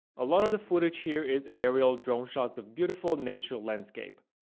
a lot of the footage here is aerial drone shots of beautiful nature landscapes.